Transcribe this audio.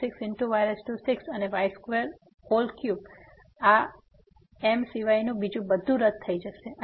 તેથી આ m સિવાયનું બીજું બધું રદ થઈ જશે